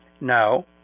No